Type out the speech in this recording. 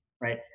right